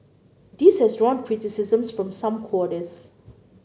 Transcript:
this has drawn criticisms from some quarters